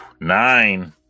Nine